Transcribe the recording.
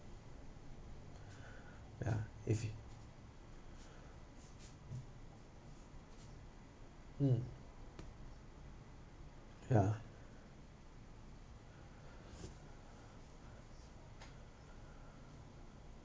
ya if it mm ya